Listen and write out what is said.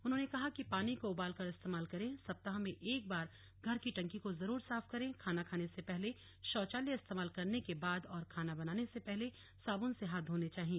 उन्होंने कहा कि पानी को उबालकर इस्तेमाल करें सप्ताह में एक बार घर की टंकी को जरूर साफ करे खाना खाने से पहले शौचालय इस्तेमाल करने के बाद और खाना बनाने से पहले साबुन से हाथ धोने चाहिए